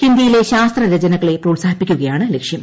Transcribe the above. ഹിന്ദിയിലെ ശാസ്ത്രരചനകളെ പ്രോത്സാഹിപ്പിക്കുകയാണ് ലക്ഷ്യം